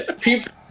People